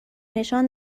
نشان